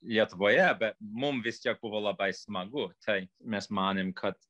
lietuvoje mums vis tiek buvo labai smagu tai mes manėm kad